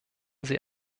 sie